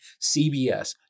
CBS